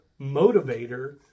motivator